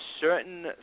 certain